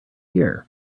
year